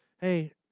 Hey